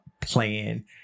plan